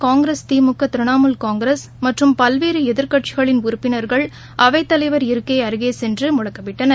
காங்கிரஸ் திமுக திரிணமூல் காங்கிரஸ் மற்றும் பல்வேறு எதிர்க்கட்சிகளின் உறுப்பினர்கள் அவைத்தலைவர் இருக்கையை அருகே சென்று முழக்கமிட்டனர்